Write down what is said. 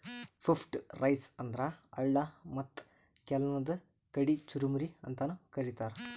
puffed rice ಅಂದ್ರ ಅಳ್ಳ ಮತ್ತ್ ಕೆಲ್ವನ್ದ್ ಕಡಿ ಚುರಮುರಿ ಅಂತಾನೂ ಕರಿತಾರ್